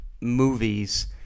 movies